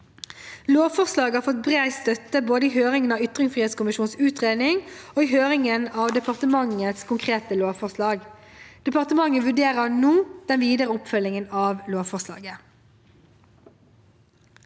Lovforslagene har fått bred støtte, både i høringen av ytringsfrihetskommisjonens utredning og i høringen av departementets konkrete lovforslag. Departementet vurderer nå den videre oppfølgingen av lovforslaget.